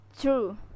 true